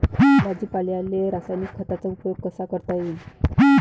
भाजीपाल्याले रासायनिक खतांचा उपयोग कसा करता येईन?